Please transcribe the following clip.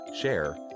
share